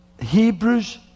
Hebrews